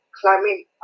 climbing